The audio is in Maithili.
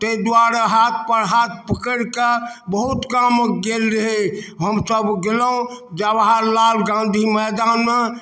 ताहि दुआरे हाथ पर हाथ पकड़ि कऽ बहुत कम गेल रहै हमसब गेलहुॅं जवाहर लाल गांधी मैदान